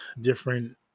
different